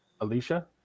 Alicia